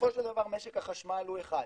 בסופו של דבר משק החשמל הוא אחד,